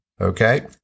Okay